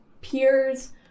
peers